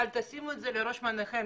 אבל תשימו את זה בראש מעיינכם.